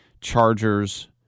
Chargers